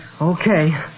Okay